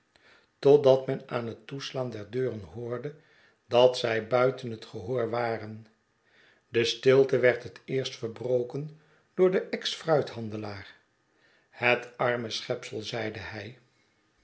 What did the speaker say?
totdat men aan het toeslaan der deuren hoorde dat zij buiten het gehoor waren de stilte werd het eerst verbroken door den exfruithandelaar het arme schepsel zeide hij